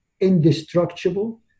indestructible